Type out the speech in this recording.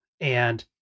And-